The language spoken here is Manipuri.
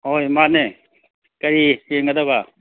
ꯍꯣꯏ ꯃꯥꯅꯦ ꯀꯔꯤ ꯌꯦꯡꯒꯗꯕ